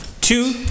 Two